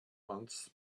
months